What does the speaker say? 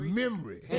memory